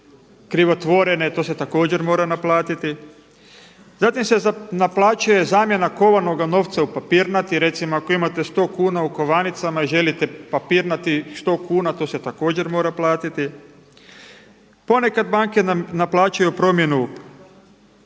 krivotvorene, to se također mora naplatiti. Zatim se naplaćuje zamjena kovanoga novca u papirnati, recimo ako imate 100 kuna u kovanicama i želite papirnatih 100 kuna, to se također mora platiti. Ponekad banke naplaćuju promjenu